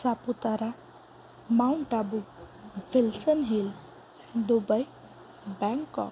Saputara Mount Abu Wilson Hill Dubai Bangkok